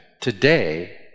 today